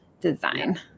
design